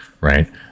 right